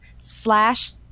slash